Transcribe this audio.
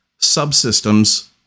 subsystems